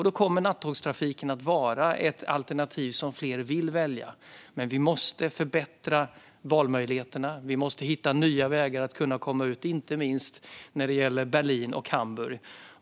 Då kommer nattågstrafiken att vara ett alternativ som fler vill välja. Vi måste förbättra valmöjligheterna. Vi måste hitta nya vägar att kunna komma ut, inte minst när det gäller Berlin och Hamburg.